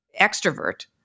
extrovert